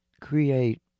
create